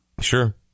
Sure